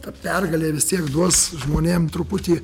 ta pergalė vis tiek duos žmonėm truputį